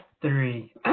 three